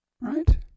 right